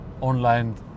online